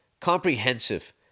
comprehensive